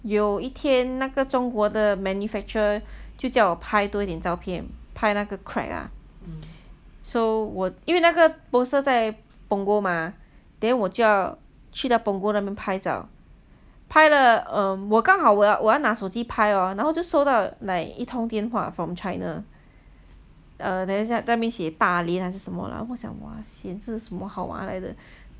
有一天那个中国的 manufacturer 就叫我拍多一点照片拍那个 crack ah so 我因为那个 poster 在 punggol mah then 我就要去到 punggol 那边拍照拍了 um 我刚好我要我拿手机拍 hor 然后就收到一通电话 from china then 那边写大连还是什么 lah